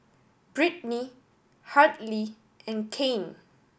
Brittni Hartley and Kanye